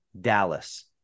Dallas